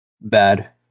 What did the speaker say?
Bad